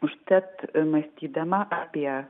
užtat mąstydama apie